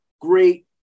great